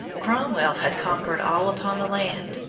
romwell had conquered all upon the land.